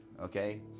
Okay